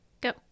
go